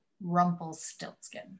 Rumpelstiltskin